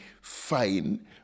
fine